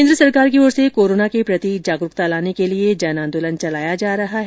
केन्द्र सरकार की ओर से कोरोना के प्रति जागरूकता लाने के लिए जन आंदोलन चलाया जा रहा है